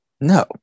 No